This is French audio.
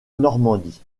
normandie